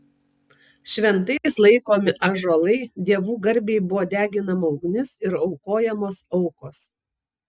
šventais laikomi ąžuolai dievų garbei buvo deginama ugnis ir aukojamos aukos